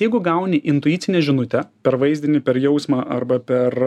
jeigu gauni intuicinę žinutę per vaizdinį per jausmą arba per